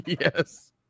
Yes